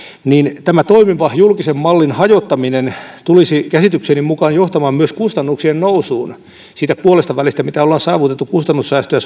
tämä toimivan julkisen mallin hajottaminen tulisi käsitykseni mukaan johtamaan myös kustannuksien nousuun siitä puolestavälistä mitä ollaan saavutettu kustannussäästöjä